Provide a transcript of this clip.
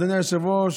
אדוני היושב-ראש,